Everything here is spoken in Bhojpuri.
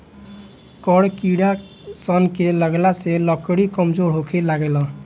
कड़ किड़ा सन के लगला से लकड़ी कमजोर होखे लागेला